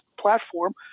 platform